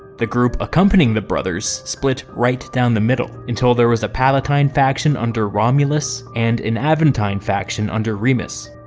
the group accompanying the brothers split right down the middle, until there was a palatine faction under romulus, and an aventine faction under remus.